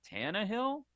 Tannehill